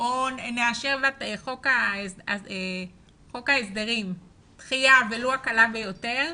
או נאשר בחוק ההסדרים דחייה ולו הקלה ביותר,